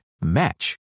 match